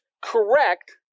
correct